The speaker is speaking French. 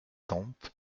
tempes